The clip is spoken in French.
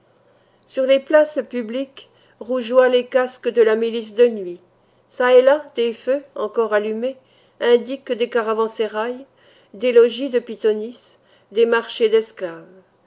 sur les places publiques rougeoient les casques de la milice de nuit çà et là des feux encore allumés indiquent des caravansérails des logis de pythonisses des marchés d'esclaves